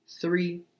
three